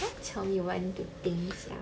don't tell me what I need to think ya